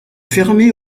fermé